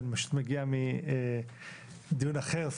אני מגיע מדיון אחר,